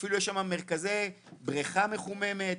אפילו יש שם מרכזי בריכה מחוממת,